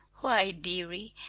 why, dearie,